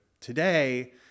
today